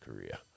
Korea